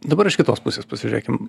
dabar iš kitos pusės pasižiūrėkim